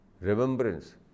remembrance